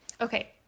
Okay